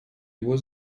его